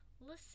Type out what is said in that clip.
Listen